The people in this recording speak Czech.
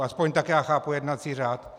Aspoň tak já chápu jednací řád.